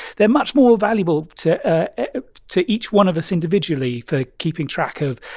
they're much more valuable to ah to each one of us individually for keeping track of